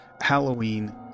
halloween